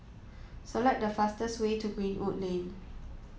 select the fastest way to Greenwood Lane